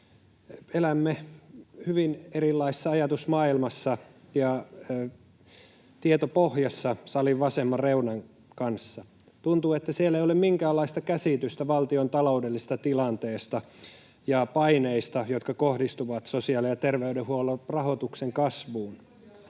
elämme hyvin erilaisessa ajatusmaailmassa ja tietopohjassa salin vasemman reunan kanssa. Tuntuu, että siellä ei ole minkäänlaista käsitystä valtion taloudellisesta tilanteesta ja paineista, jotka kohdistuvat sosiaali- ja terveydenhuollon rahoituksen kasvuun.